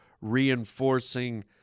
reinforcing